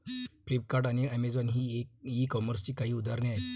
Flipkart आणि Amazon ही e कॉमर्सची काही उदाहरणे आहे